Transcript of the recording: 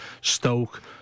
Stoke